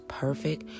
perfect